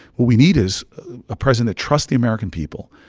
what we need is a president that trusts the american people,